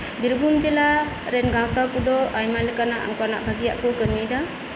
ᱵᱤᱨᱵᱷᱩᱢ ᱡᱮᱞᱟᱨᱮᱱ ᱜᱟᱶᱛᱟ ᱠᱚ ᱫᱚ ᱟᱭᱢᱟ ᱵᱷᱟᱹᱜᱤᱭᱟᱜ ᱠᱚ ᱠᱟᱹᱢᱤᱭᱫᱟ